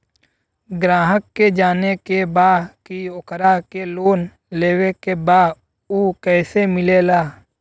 ग्राहक के ई जाने के बा की ओकरा के लोन लेवे के बा ऊ कैसे मिलेला?